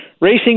racing